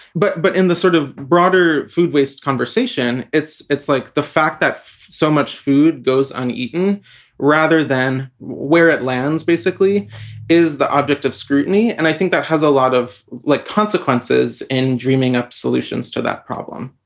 but but in the sort of broader food waste conversation, it's it's like the fact that so much food goes uneaten rather than where it lands basically is the object of scrutiny. and i think that has a lot of like consequences in dreaming up solutions to that problem.